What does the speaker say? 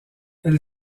elle